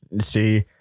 See